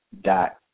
dot